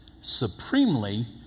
supremely